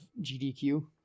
GDQ